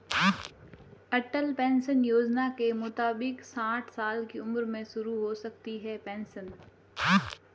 अटल pension Yojana के मुताबिक साठ साल की उम्र में शुरू हो सकती है पेंशन